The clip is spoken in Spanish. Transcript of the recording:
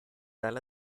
tal